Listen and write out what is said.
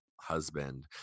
husband